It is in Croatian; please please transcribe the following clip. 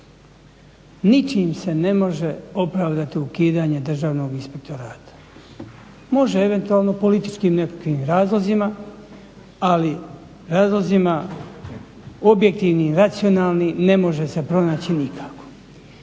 im se ne može opravdati ukidanje državnog inspektorata, može eventualno političkim nekakvim razlozima ali razlozima objektivni i racionalni ne može se pronaći nikako.